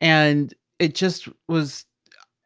and it just was